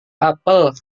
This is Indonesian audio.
apel